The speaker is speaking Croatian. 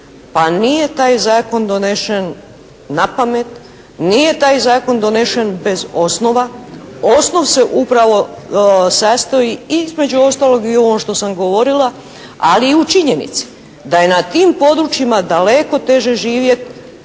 Pa, nije taj zakon donesen napamet, nije taj zakon donesen bez osnova. Osnov se upravo sastoji između ostalog i u ovom što sam govorila, ali i u činjenici da je na tim područjima daleko teže živjet,